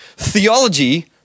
Theology